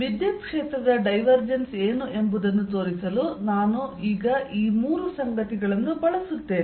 ವಿದ್ಯುತ್ ಕ್ಷೇತ್ರದ ಡೈವರ್ಜೆನ್ಸ್ ಏನು ಎಂಬುದನ್ನು ತೋರಿಸಲು ನಾನು ಈಗ ಈ ಮೂರು ಸಂಗತಿಗಳನ್ನು ಬಳಸುತ್ತೇನೆ